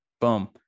Boom